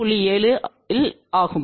7 is ஆகும்